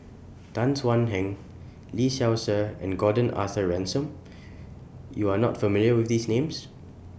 Tan Thuan Heng Lee Seow Ser and Gordon Arthur Ransome YOU Are not familiar with These Names